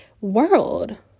world